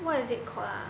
what is it called ah